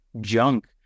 junk